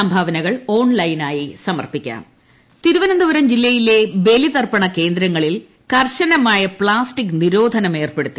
സംഭാവനകൾ ഓൺലൈനായി സമർ പ്പിക്കാം ട്ടടടടടടടടടടടടട ബലിതർപ്പണം തിരുവനന്തപുരം ജില്ലയിലെ ബലിതർപ്പണകേന്ദ്രങ്ങളിൽ കർശനമായ പ്ലാസ്റ്റിക് നിരോധനം ഏർപ്പെടുത്തി